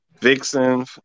Vixen